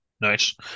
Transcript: Nice